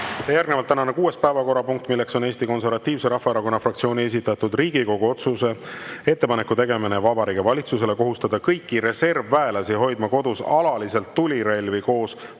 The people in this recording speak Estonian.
Järgnevalt tänane kuues päevakorrapunkt, milleks on Eesti Konservatiivse Rahvaerakonna fraktsiooni esitatud Riigikogu otsuse "Ettepaneku tegemine Vabariigi Valitsusele kohustada kõiki reservväelasi hoidma kodus alaliselt tulirelvi koos